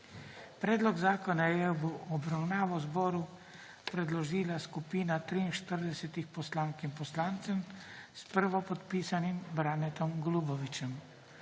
Predlog zakona je v obravnavo zboru predložila skupina 43 poslank in poslancev s prvopodpisanim Branetom Golubovićem.